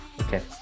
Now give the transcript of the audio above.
Okay